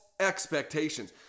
expectations